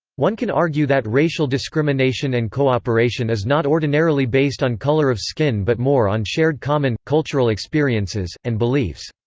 one can argue that racial discrimination and cooperation is not ordinarily based on color of skin but more on shared common, cultural experiences, and beliefs.